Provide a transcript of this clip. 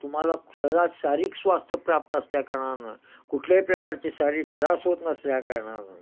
तुम्हाला शरात शारीरिक स्वास्थ्य प्राप्त असल्याकारणानं कुठल्याही प्रकारचे शारीरिक त्रास होत नसल्याकारणानं